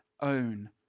own